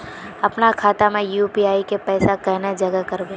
अपना खाता में यू.पी.आई के पैसा केना जाहा करबे?